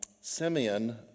Simeon